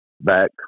back